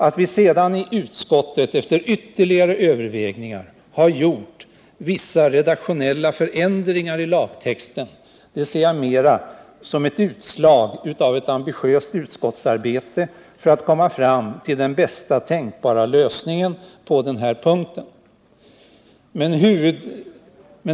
Att vi sedan i utskottet efter ytterligare överväganden har gjort vissa redaktionella förändringar i lagtexten ser jag mera som ett utslag av ett ambitiöst utskottsarbete för att komma fram till den bästa tänkbara lösningen på den här punkten.